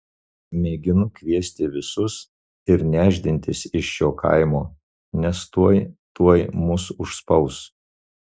mėginu kviesti visus ir nešdintis iš šio kaimo nes tuoj tuoj mus užspaus